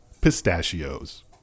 Pistachios